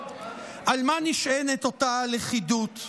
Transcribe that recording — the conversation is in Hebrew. על מה נשענת אותה הלכידות,